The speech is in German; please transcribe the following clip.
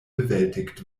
bewältigt